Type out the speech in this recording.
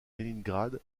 leningrad